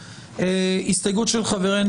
הסתייגות של חברינו,